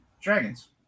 Dragons